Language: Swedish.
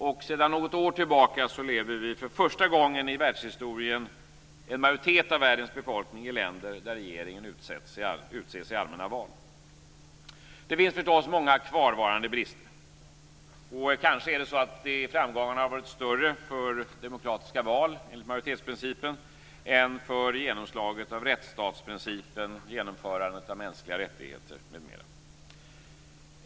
Och sedan något år tillbaka lever för första gången i världshistorien en majoritet av världens befolkning i länder där regeringen utses i allmänna val. Det finns förstås många kvarvarande brister. Kanske har framgångarna varit större för demokratiska val enligt majoritetsprincipen än för genomslaget av rättsstatsprincipen och genomförandet av mänskliga rättigheter m.m.